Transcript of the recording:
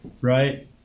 right